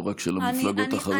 לא רק של המפלגות החרדיות.